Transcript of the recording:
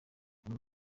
obama